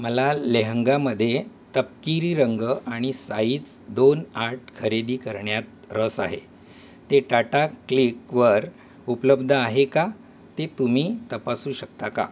मला लेहंगामध्ये तपकिरी रंग आणि साईज दोन आठ खरेदी करण्यात रस आहे ते टाटा क्लीक वर उपलब्ध आहे का ते तुम्ही तपासू शकता का